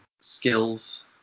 skills